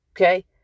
okay